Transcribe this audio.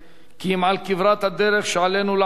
כי אם על כברת הדרך שעלינו לעבור